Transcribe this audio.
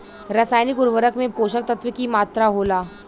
रसायनिक उर्वरक में पोषक तत्व की मात्रा होला?